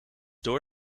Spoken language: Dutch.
door